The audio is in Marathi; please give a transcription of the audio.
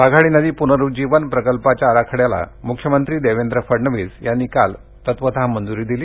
वाघाडी नदी पुनरुज्जीवन प्रकल्पाच्या आराखड्यास मुख्यमंत्री देवेंद्र फडणवीस यांनी तत्वतः मंजूरी दिली